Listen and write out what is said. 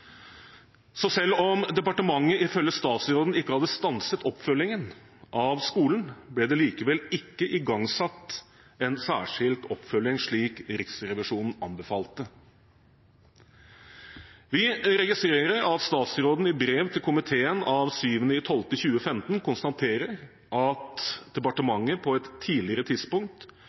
Så selv om departementet ifølge statsråden ikke hadde stanset oppfølgingen av skolen, ble det likevel ikke igangsatt en særskilt oppfølging, slik Riksrevisjonen anbefalte. Vi registrerer at statsråden i brev til komiteen av 7. desember 2015 konstaterer at departementet på et tidligere tidspunkt